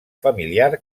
familiar